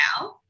now